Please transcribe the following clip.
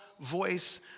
voice